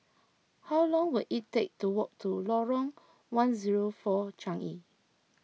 how long will it take to walk to Lorong one zero four Changi